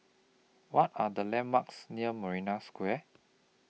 What Are The landmarks near Marina Square